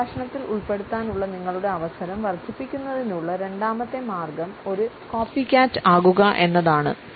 സംഭാഷണത്തിൽ ഉൾപ്പെടുത്താനുള്ള നിങ്ങളുടെ അവസരം വർദ്ധിപ്പിക്കുന്നതിനുള്ള രണ്ടാമത്തെ മാർഗം ഒരു കോപ്പികാറ്റ് ആകുക എന്നതാണ്